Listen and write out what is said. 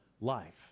life